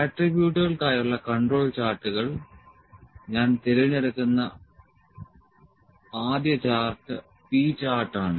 ആട്രിബ്യൂട്ടുകൾക്കായുള്ള control ചാർട്ടുകൾ ഞാൻ തിരഞ്ഞെടുക്കുന്ന ആദ്യ ചാർട്ട് P ചാർട്ട് ആണ്